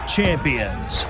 Champions